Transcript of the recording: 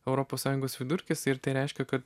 europos sąjungos vidurkis ir tai reiškia kad